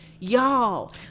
Y'all